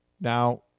Now